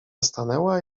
stanęła